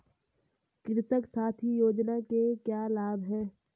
कृषक साथी योजना के क्या लाभ हैं?